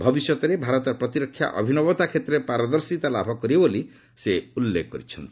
ଭବିଷ୍ୟତରେ ଭାରତ ପ୍ରତିରକ୍ଷା ଅଭିନବତା କ୍ଷେତ୍ରରେ ପାରଦର୍ଶିତା ଲାଭ କରିବ ବୋଲି ସେ ଉଲ୍ଲେଖ କରିଛନ୍ତି